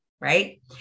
right